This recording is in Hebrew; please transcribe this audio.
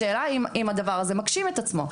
האם הדבר הזה מגשים את עצמו?